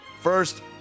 First